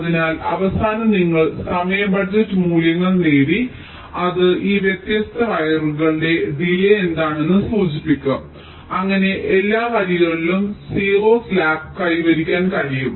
അതിനാൽ അവസാനം നിങ്ങൾ സമയം ബജറ്റ് മൂല്യങ്ങൾ നേടി അത് ഈ വ്യത്യസ്ത വയറുകളുടെ ഡിലേയ് എന്താണെന്ന് സൂചിപ്പിക്കും അങ്ങനെ എല്ലാ വരികളിലും 0 സ്ലാക്ക് കൈവരിക്കാൻ കഴിയും